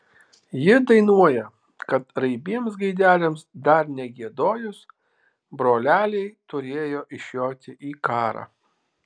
ji dainuoja kad raibiems gaideliams dar negiedojus broleliai turėjo išjoti į karą